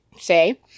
say